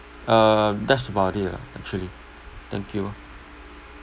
uh that's about it lah actually thank you ah